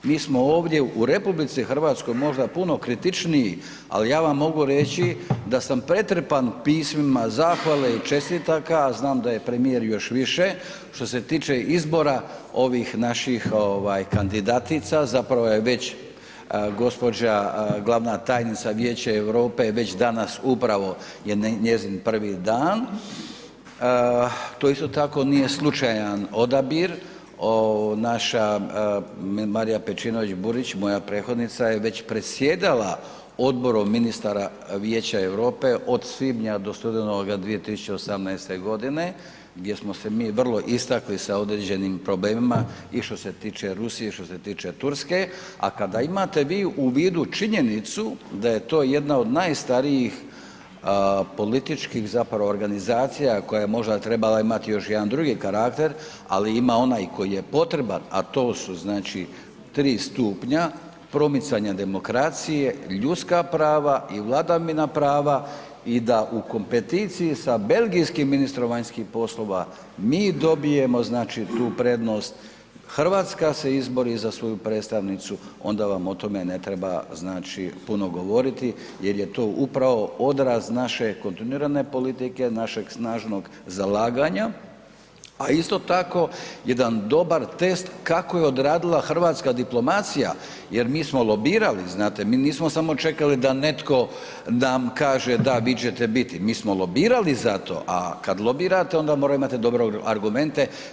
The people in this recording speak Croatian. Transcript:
Mi smo ovdje u RH možda puno kritičniji, ali ja vam mogu reći da sam pretrpan pismima zahvale i čestitaka, a znam da je premijer još više što se tiče izbora ovih naših ovaj kandidatica zapravo je već gospođa glavna tajnica Vijeća Europe već danas upravo je njezin prvi dan, to isto tako nije slučajan odabir, naša Marija Pejčinović Burić, moja prethodnica je već predsjedala odborom ministara Vijeća Europe od svibnja do studenoga 2018. godine, gdje smo se mi vrlo istakli sa određenim problemima i što se tiče Rusije i što se tiče Turske, a kada imate vi u vidu činjenicu da je to jedna od najstarijih političkih zapravo organizacija koja je možda trebala imati još jedan drugi karakter ali ima onaj koji je potreba, a to su znači 3 stupnja, promicanja demokracije, ljudska prava i vladavina prava i da u kompeticiji sa belgijskim ministrom vanjskih poslova mi dobijemo znači tu prednost, Hrvatska se izbori za svoju predstavnicu onda vam o tome ne treba znači puno govoriti jer je to upravo odraz naše kontinuirane politike, našeg snažnog zalaganja, a isto tako jedan dobar test kako je odradila hrvatska diplomacija, jer mi smo lobirali znate, mi nismo samo čekali da netko nam kaže da vi ćete biti, mi smo lobirali za to, a kad lobirate onda morate imati dobre argumente.